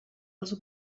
als